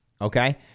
Okay